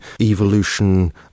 evolution